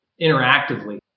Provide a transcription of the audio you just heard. interactively